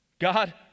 God